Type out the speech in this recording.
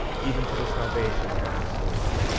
even to the salvation of our souls.